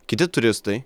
kiti turistai